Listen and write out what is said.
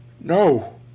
No